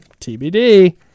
TBD